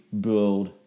build